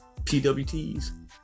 PWTs